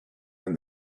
and